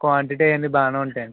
quantity ఆవన్నీ బాగానే ఉంటాయండి